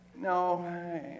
no